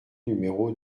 numéro